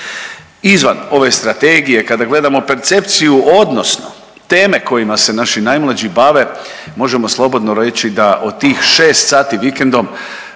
Izvan ove strategije kada gledamo percepciju, odnosno teme kojima se naši najmlađi bave možemo slobodno reći da od tih 6 sati vikendom